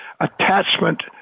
attachment